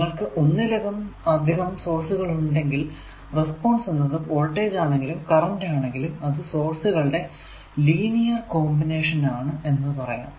നിങ്ങൾക്കു ഒന്നിലധികം സോഴ്സുകൾ ഉണ്ടെങ്കിൽ റെസ്പോൺസ് എന്നത് വോൾടേജ് ആണെങ്കിലും കറന്റ് ആണെങ്കിലും അത് സോഴ്സുകളുടെ ലീനിയർ കോമ്പിനേഷൻ ആണ് എന്ന് പറയാം